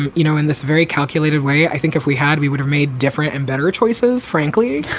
and you know, in this very calculated way. i think if we had, we would have made different and better choices, frankly.